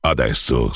Adesso